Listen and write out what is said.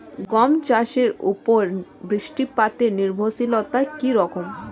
গম চাষের উপর বৃষ্টিপাতে নির্ভরশীলতা কী রকম?